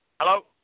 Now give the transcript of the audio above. Hello